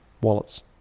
wallets